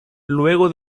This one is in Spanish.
luego